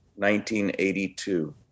1982